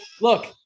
Look